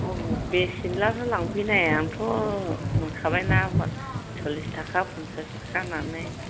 बुं बेसेनिब्लाथो लांफैनाय आंथ' होनखाबायना चल्लीस थाखा पनचास थाखा होन्नानै